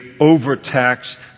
overtaxed